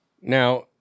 Now